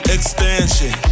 Extension